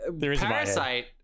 Parasite